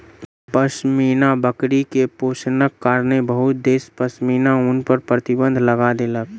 पश्मीना बकरी के शोषणक कारणेँ बहुत देश पश्मीना ऊन पर प्रतिबन्ध लगा देलक